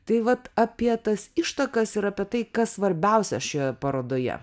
tai vat apie tas ištakas ir apie tai kas svarbiausia šioje parodoje